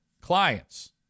clients